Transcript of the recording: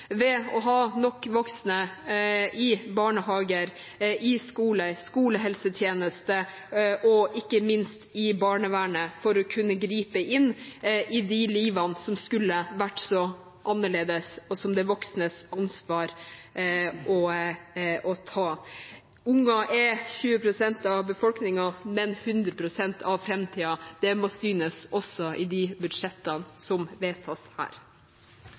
ved å ha nok voksne i barnehager, i skoler, i skolehelsetjenesten og ikke minst i barnevernet, for å kunne gripe inn i de livene som skulle vært så annerledes, som er de voksnes ansvar. Barn er 20 pst. av befolkningen, men 100 pst. av framtiden. Det må synes også i de budsjettene som vedtas her.